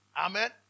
Amen